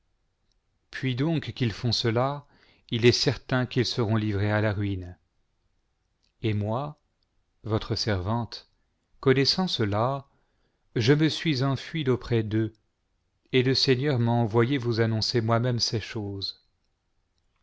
puis donc qu'ils font cela il est certain qu'ils seront livrés à la ruine et moi votre servante connaissant cela je me suis enfuie d'auprès d'eux et le seigneur m'a envoyée vous annoncer moi-même ces choses